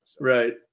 Right